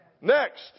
Next